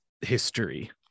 history